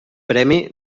premi